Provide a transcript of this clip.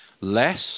less